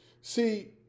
See